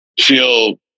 feel